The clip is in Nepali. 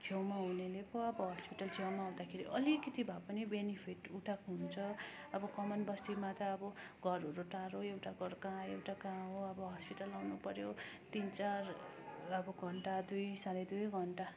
छेउमा हुनेले पो अब हस्पिटल छेउमा हुँदाखेरि अलिकति भए पनि बेनिफिट उठाएको हुन्छ अब कमानबस्तीमा त अब घरहरू टाढो एउटा घर कहाँ एउटा कहाँ हो अब हस्पिटल आउनुपर्यो तिन चार अब घन्टा दुई साढे दुई घन्टा